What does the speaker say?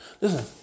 Listen